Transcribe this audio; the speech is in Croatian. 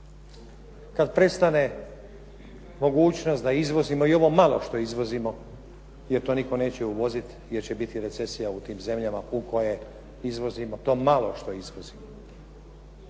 Kad prestane mogućnost da izvozimo i ovo malo što izvozimo, jer to nitko neće uvozit, jer će biti recesija u tim zemljama u koje izvozimo, to malo što izvozimo.